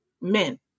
men